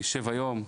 נשב היום,